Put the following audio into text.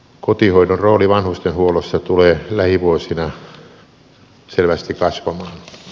kotihoidon rooli vanhustenhuollossa tulee lähivuosina selvästi kasvamaan